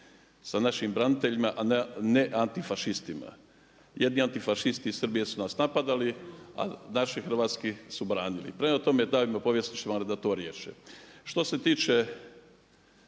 sa našim braniteljima a ne antifašistima. Jedni antifašisti iz Srbije su nas napadali a naši hrvatski su branili. Prema tome, dajmo povjesničarima da to riješe. Što se tiče